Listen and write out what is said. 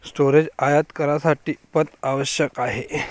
storage आयात करण्यासाठी पथ आवश्यक आहे